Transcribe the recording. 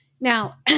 Now